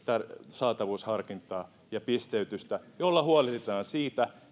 saatavuusharkintaa ja pisteytystä jolla huolehditaan siitä